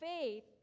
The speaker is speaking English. faith